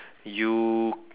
you